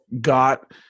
got